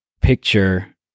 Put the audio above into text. picture